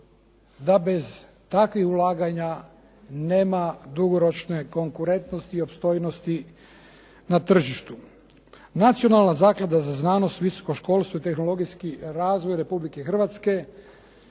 da bez takvih ulaganja nema dugoročne konkurentnosti i opstojnosti na tržištu. Nacionalna zaklada za znanost i visokoškolstvo i tehnologijski razvoj Republike Hrvatske